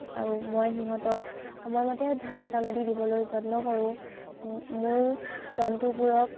আৰু মই সিহঁতক সময় মতে ধান চাউল আদি দিবলৈ যত্ন কৰোঁ মোৰ জন্তুবোৰক